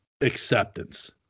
acceptance